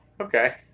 Okay